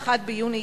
1 ביוני,